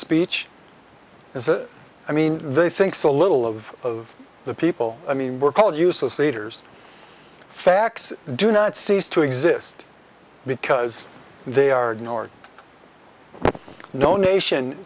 speech as a i mean they think so little of of the people i mean we're called useless haters facts do not cease to exist because they are no nation